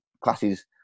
classes